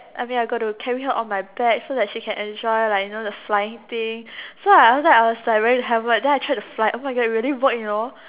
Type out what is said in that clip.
I mean I got to carry her on my back so that she can enjoy like you know the flying thing so after that I was wearing the helmet then I tried to fly oh my god it really work you know